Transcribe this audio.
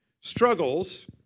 Struggles